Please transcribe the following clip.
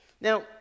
Now